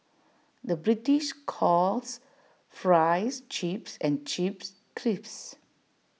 the British calls Fries Chips and Chips Crisps